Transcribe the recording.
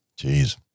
Jeez